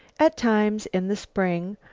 at times, in the spring,